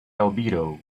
albedo